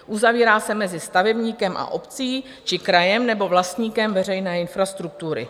Uzavírá se mezi stavebníkem a obcí či krajem nebo vlastníkem veřejné infrastruktury.